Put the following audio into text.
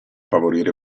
favorire